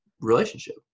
relationship